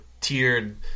tiered